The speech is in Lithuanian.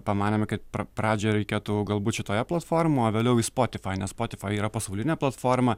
pamanėme kad pra pradžioje reikėtų galbūt šitoje platformo o vėliau į spotify nes spotify yra pasaulinė platforma